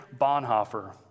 Bonhoeffer